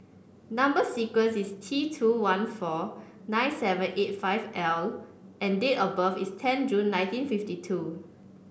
number sequence is T two one four nine seven eight five L and date of birth is ten June nineteen fifty two